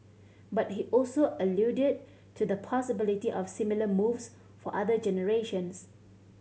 but he also alluded to the possibility of similar moves for other generations